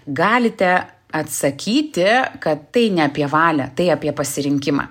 galite atsakyti kad tai ne apie valią tai apie pasirinkimą